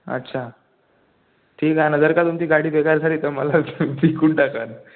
अच्छा ठीक आहे ना जर का तुमची गाडी बेकार झाली तर मला विकून टाका